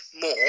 more